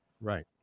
Right